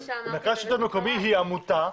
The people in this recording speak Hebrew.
מרכז שלטון מקומי היא עמותה,